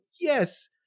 yes